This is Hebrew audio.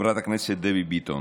לחברת הכנסת דבי ביטון.